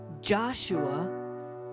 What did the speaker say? Joshua